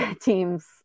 teams